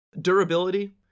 Durability